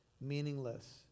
meaningless